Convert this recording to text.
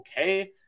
okay